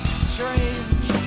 strange